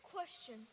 question